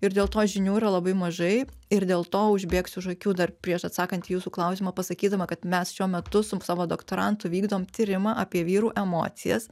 ir dėl to žinių yra labai mažai ir dėl to užbėgsiu už akių dar prieš atsakant į jūsų klausimą pasakydama kad mes šiuo metu su savo doktorantu vykdom tyrimą apie vyrų emocijas